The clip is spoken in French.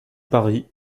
paris